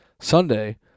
Sunday